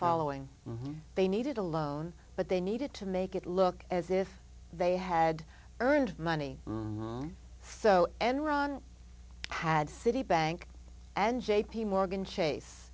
following they needed a loan but they needed to make it look as if they had earned money so enron had citibank and j p morgan chase